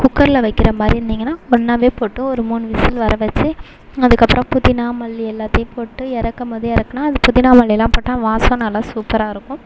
குக்கரில் வைக்கிற மாதிரி இருந்திங்கன்னா ஒன்னாகவே போட்டு ஒரு மூணு விசில் வரவச்சு அதுக்கப்புறம் புதினா மல்லி எல்லாத்தையும் போட்டு எறக்கும்போது எறக்குனா அது புதினா மல்லிலாம் போட்டா வாசம் நல்லா சூப்பராக இருக்கும்